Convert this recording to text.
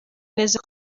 neza